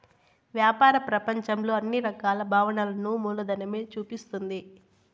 వ్యాపార ప్రపంచంలో అన్ని రకాల భావనలను మూలధనమే చూపిస్తుంది